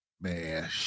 man